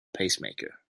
pacemaker